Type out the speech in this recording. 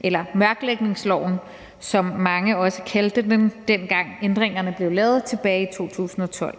eller mørklægningsloven, som mange også kaldte den, da ændringerne blev lavet tilbage i 2012.